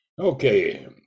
Okay